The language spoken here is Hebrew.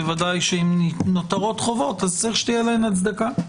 ודאי שאם נותרות חובות, צריך שתהיינה להן הצדקה.